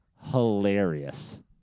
hilarious